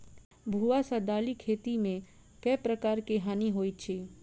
भुआ सँ दालि खेती मे केँ प्रकार केँ हानि होइ अछि?